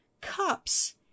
cups